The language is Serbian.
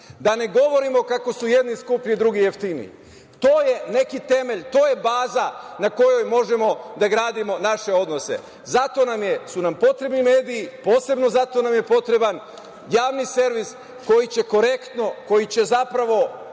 da ne govorimo kako su jedni skuplji, drugi jeftiniji, to je neki temelj, to je baza na kojoj možemo da gradimo naše odnose. Zato su nam potrebni mediji. Posebno zato nam je potreban javni servis koji će korektno, jer